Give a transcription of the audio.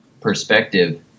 perspective